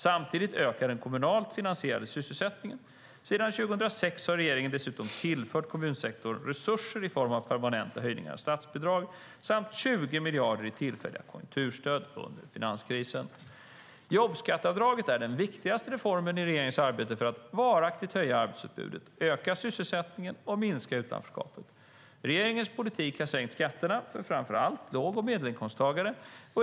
Samtidigt ökar den kommunalt finansierade sysselsättningen. Sedan 2006 har regeringen dessutom tillfört kommunsektorn resurser i form av permanenta höjningar av statsbidragen samt 20 miljarder i tillfälliga konjunkturstöd under finanskrisen. Jobbskatteavdraget är den viktigaste reformen i regeringens arbete för att varaktigt höja arbetsutbudet, öka sysselsättningen och minska utanförskapet. Regeringens politik har sänkt skatterna för framför allt låg och medelinkomsttagare.